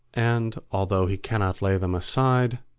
and, although he cannot lay them aside,